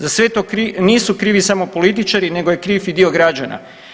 Za sve to nisu krivi samo političari nego je kriv i dio građana.